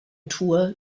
tour